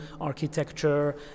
architecture